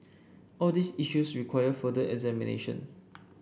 all these issues require further examination